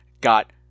got